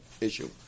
issue